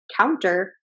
counter